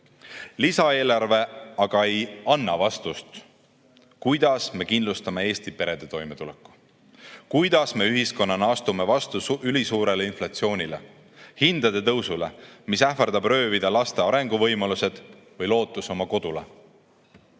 lisaeelarve ei anna vastust sellele, kuidas me kindlustame Eesti perede toimetuleku, kuidas me ühiskonnana astume vastu ülisuurele inflatsioonile, hindade tõusule, mis ähvardab röövida laste arenguvõimalused või lootuse oma kodule.